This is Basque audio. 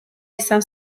izan